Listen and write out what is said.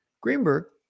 Greenberg